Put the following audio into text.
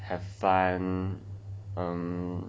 have fun